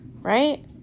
right